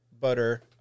butter